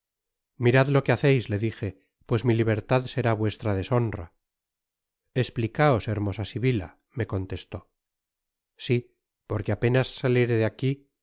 mirad lo que haceis le dije pues mi libertad será vuestra deshonra esplicaos hermosa sibila me contestó si porque apenas saliere de aqui